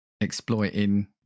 exploiting